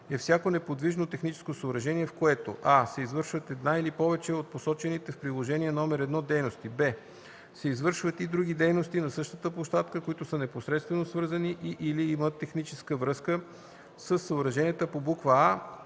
е всяко неподвижно техническо съоръжение, в което: а) се извършват една или повече от посочените в Приложение № 1 дейности; б) се извършват и други дейности на същата площадка, които са непосредствено свързани и/или имат техническа връзка със съоръженията по буква